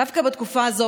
דווקא בתקופה הזאת,